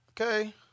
okay